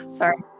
sorry